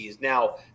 Now